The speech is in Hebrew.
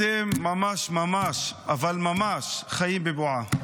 אתם ממש ממש, אבל ממש, חיים בבועה.